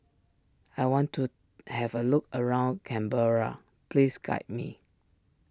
I want to have a look around Canberra please guide me